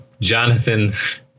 Jonathan's